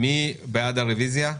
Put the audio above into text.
מי בעד הרביזיה?